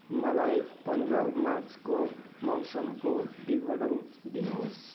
मलाई पन्ध्र मार्चको मौसमको विवरण दिनुहोस्